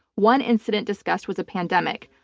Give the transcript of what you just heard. one incident discussed was a pandemic.